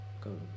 go